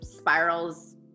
Spirals